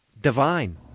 divine